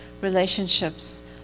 Relationships